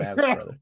brother